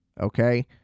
Okay